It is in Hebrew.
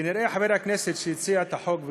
כנראה חבר הכנסת שהציע את החוק,